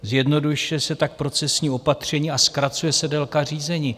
Zjednodušuje se tak procesní opatření a zkracuje se délka řízení.